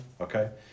okay